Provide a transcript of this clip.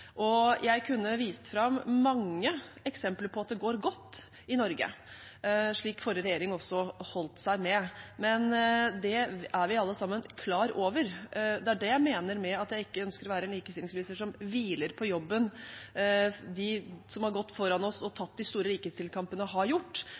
Jeg kunne vist fram mange eksempler på at det går godt i Norge, slik forrige regjering også holdt seg med, men det er vi alle sammen klar over. Det er det jeg mener med at jeg ikke ønsker å være en likestillingsminister som hviler på jobben de som har gått foran oss og